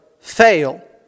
fail